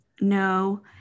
No